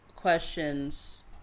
questions